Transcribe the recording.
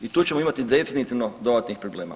I tu ćemo imati definitivno dodatnih problema.